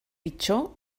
pitjor